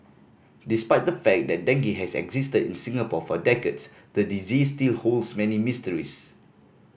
despite the fact that dengue has existed in Singapore for decades the disease still holds many mysteries